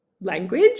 language